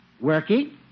Working